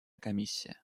комиссия